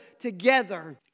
together